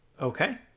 Okay